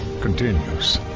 continues